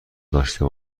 داشته